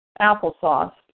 applesauce